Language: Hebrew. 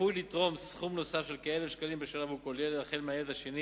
שצפוי שיתרום סכום נוסף עבור כל ילד מהילד השני